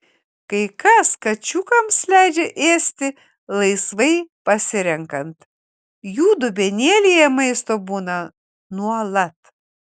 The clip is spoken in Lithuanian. kai kas kačiukams leidžia ėsti laisvai pasirenkant jų dubenėlyje maisto būna nuolat